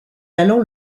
allant